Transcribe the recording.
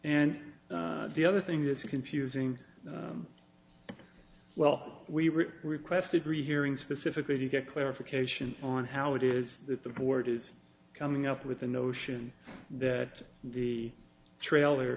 and the other thing that's confusing well we were requested rehearing specifically to get clarification on how it is that the board is coming up with the notion that the trailer